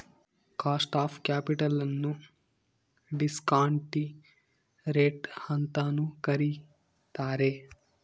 cost of capital ನ್ನು discount rate ಅಂತನು ಕರಿತಾರೆ